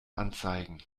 anzeigen